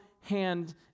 hand